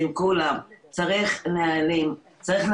צריך לראות את